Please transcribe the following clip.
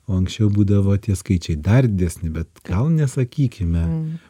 o anksčiau būdavo tie skaičiai dar didesni bet gal nesakykime